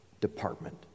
department